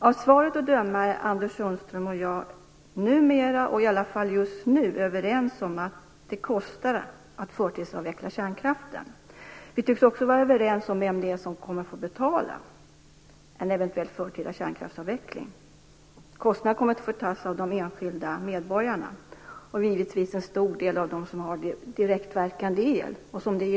Av svaret att döma är Anders Sundström och jag numera, i alla fall just nu, överens om att det kostar att förtidsavveckla kärnkraften. Vi tycks också vara överens om vem det är som kommer att få betala en eventuell förtida kärnkraftsavveckling. Kostnaderna kommer att drabba de enskilda medborgarna. En stor del kommer givetvis de som har direktverkande el att få stå för.